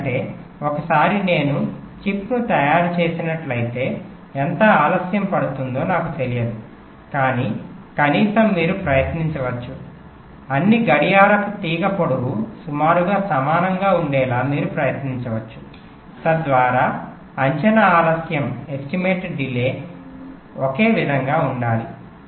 ఎందుకంటే ఒకసారి నేను చిప్ను తయారు చేసినట్లఐతే ఎంత ఆలస్యం పడుతుందో నాకు తెలియదు కానీ కనీసం మీరు ప్రయత్నించవచ్చు అన్ని గడియారపు తీగ పొడవు సుమారుగా సమానంగా ఉండేలా మీరు ప్రయత్నించవచ్చు తద్వారా అంచనా ఆలస్యం ఒకే విధంగా ఉండాలి